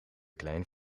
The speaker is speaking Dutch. klein